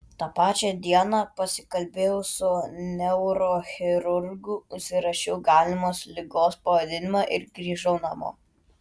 tą pačią dieną pasikalbėjau su neurochirurgu užsirašiau galimos ligos pavadinimą ir grįžau namo